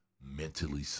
mentally